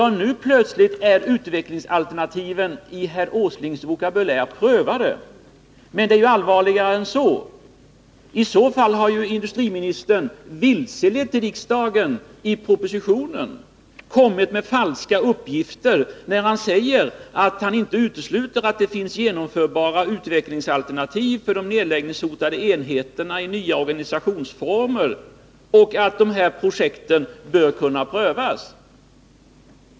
Nu plötsligt är utvecklingsalternativen i herr Åslings vokabulär prövade! Men det är allvarligare än så. I så fall har industriministern i propositionen lämnat falska uppgifter och vilselett riksdagen. Han sade där att han inte utesluter att det finns genomförbara utvecklingsalternativ i nya organisationsformer för de nedläggningshotade enheterna och att de projekten bör kunna prövas.